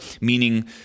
meaning